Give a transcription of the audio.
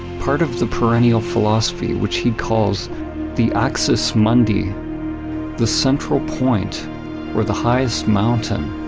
part of the perennial philosophy which he calls the axis mundi the central point or the highest mountain.